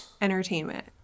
entertainment